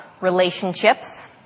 relationships